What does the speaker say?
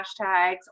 hashtags